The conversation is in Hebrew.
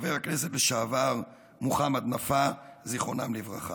חבר הכנסת לשעבר מוחמד נפאע, זיכרונם לברכה.